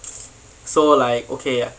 so like okay